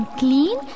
clean